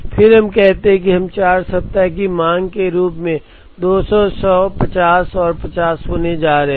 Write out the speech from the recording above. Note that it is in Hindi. और फिर हम कहते हैं कि हम 4 सप्ताह की मांग के रूप में 200 100 50 और 50 होने जा रहे हैं